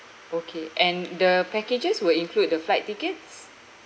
okay and the packages will include the flight tickets